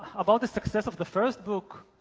about the success of the first book,